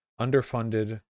Underfunded